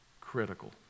Critical